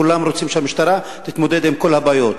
כולם רוצים שהמשטרה תתמודד עם כל הבעיות,